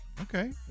Okay